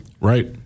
Right